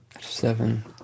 Seven